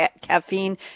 caffeine